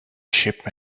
sheep